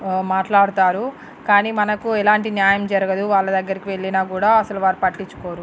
మాట్లాడుతారు కానీ మనకు ఎలాంటి న్యాయం జరగదు వాళ్ళ దగ్గరికి వెళ్లినా కూడా అసలు వారు పట్టించుకోరు